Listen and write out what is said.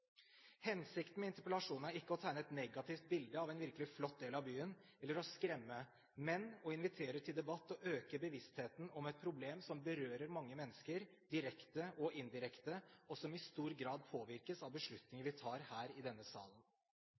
Hensikten med interpellasjonen er ikke å tegne et negativt bilde av en virkelig flott del av byen, eller å skremme, men å invitere til debatt og øke bevisstheten om et problem som berører mange mennesker, direkte og indirekte, og som i stor grad påvirkes av beslutninger vi tar her i denne salen.